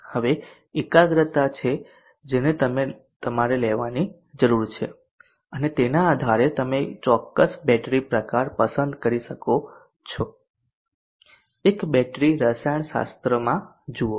હવે આ એકાગ્રતા છે જેને તમારે લેવાની જરૂર છે અને તેના આધારે તમે કોઈ ચોક્કસ બેટરી પ્રકાર પસંદ કરો છો એક બેટરી રસાયણશાસ્ત્ર જુઓ